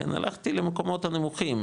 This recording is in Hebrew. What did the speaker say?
הלכתי למקומות הנמוכים,